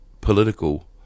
political